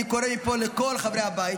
אני קורא מפה לכל חברי הבית: